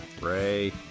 Ray